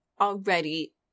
already